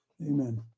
amen